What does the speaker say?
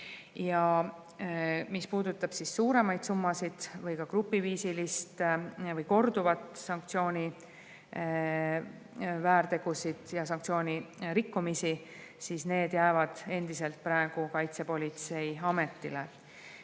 Ja mis puudutab suuremaid summasid või ka grupiviisilisi või korduvaid sanktsiooniväärtegusid ja sanktsioonirikkumisi, siis need jäävad endiselt Kaitsepolitseiametile.